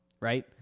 right